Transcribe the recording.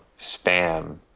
spam